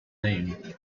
name